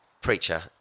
Preacher